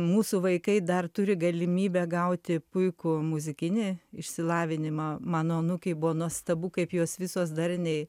mūsų vaikai dar turi galimybę gauti puikų muzikinį išsilavinimą mano anūkei buvo nuostabu kaip jos visos darniai